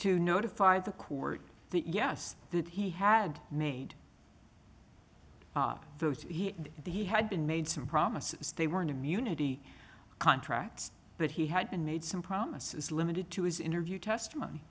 to notify the court that yes that he had made up the he had been made some promises they weren't immunity contracts but he had been made some promises limited to his interview testimony